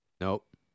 Nope